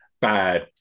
bad